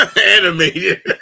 Animated